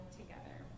together